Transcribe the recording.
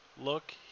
look